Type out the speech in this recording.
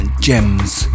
gems